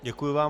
Děkuji vám.